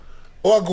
זה לא קשור לבריאות.